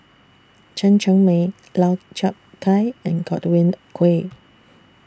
Chen Cheng Mei Lau Chiap Khai and Godwin Koay